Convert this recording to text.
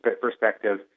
perspective